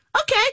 Okay